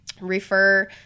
refer